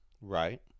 Right